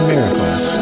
Miracles